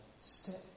Step